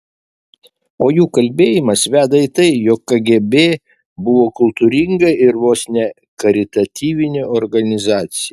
o jų kalbėjimas veda į tai jog kgb buvo kultūringa ir vos ne karitatyvinė organizacija